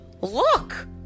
Look